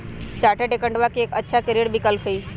chartered अकाउंटेंटवा के एक अच्छा करियर विकल्प हई